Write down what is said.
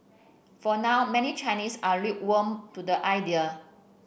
for now many Chinese are lukewarm to the idea